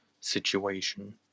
situation